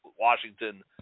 Washington